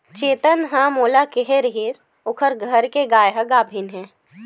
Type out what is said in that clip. चेतन ह मोला केहे रिहिस ओखर घर के गाय ह गाभिन हे